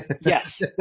Yes